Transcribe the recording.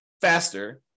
faster